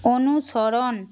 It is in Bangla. অনুসরণ